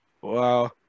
Wow